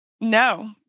No